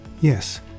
yes